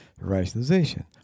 rationalization